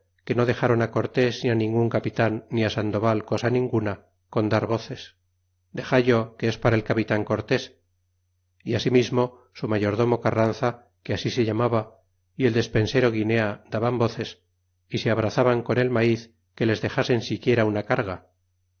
que no dexron cortés ni ningun capitan ni sandoval cosa ninguna con dar voces dexadlo que es para el capitan cortés y asimismo su mayordomo carranza que así se llamaba y el despensero guinea daban voces y se abrazaban con el maiz que les desasen siquiera una carga